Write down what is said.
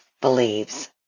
believes